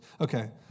Okay